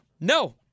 No